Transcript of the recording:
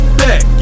back